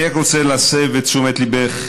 אני רק רוצה להסב את תשומת ליבך,